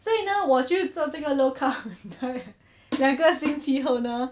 所以呢我就做这个 low carb diet 两个星期后呢